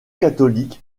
catholique